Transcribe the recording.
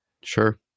Sure